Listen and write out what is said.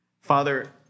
Father